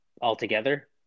altogether